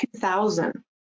2000